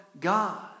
God